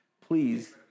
please